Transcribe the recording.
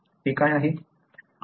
ते काय आहे